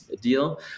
deal